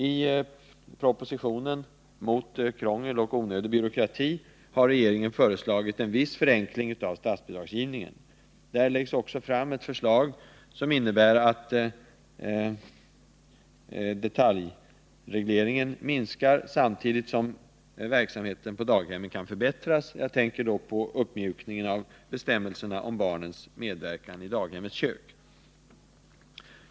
I propositionen mot krångel och onödig byråkrati har regeringen föreslagit en viss förenkling av statsbidragsgivningen. Där läggs också fram ett förslag som innebär minskad detaljreglering samtidigt som verksamheten på daghemmen kan förbättras. Jag tänker då på uppmjukningen av bestämmelserna om barnens medverkan i daghemmets kök.